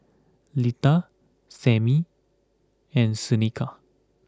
Lita Sammy and Shaneka